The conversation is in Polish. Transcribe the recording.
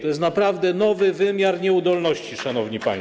To jest naprawdę nowy wymiar nieudolności, szanowni państwo.